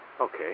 Okay